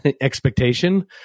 expectation